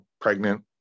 pregnant